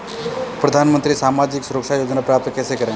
प्रधानमंत्री सामाजिक सुरक्षा योजना प्राप्त कैसे करें?